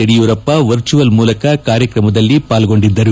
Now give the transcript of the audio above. Yediyurappa virtual ಮೂಲಕ ಕಾರ್ಯಕ್ರಮದಲ್ಲಿ ಪಾಲ್ಗೊಂಡಿದ್ದರು